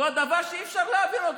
זה דבר שאי-אפשר להבין אותו.